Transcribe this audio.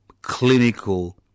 clinical